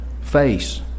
face